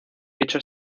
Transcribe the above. dicho